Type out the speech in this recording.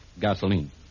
gasoline